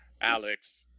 Alex